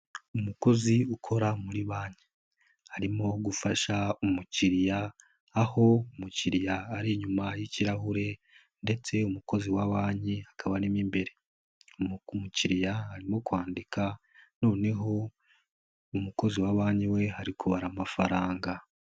Umukozi ukora muri banki arimo gufasha umukiriya aho umukiriya ari inyuma y'ikirahure ndetse umukozi wa banki akaba arimo imbere, umukiriya arimo kwandika noneho umukozi wa banki we ari kubara amafaranga.